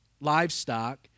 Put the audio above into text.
livestock